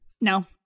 no